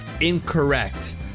Incorrect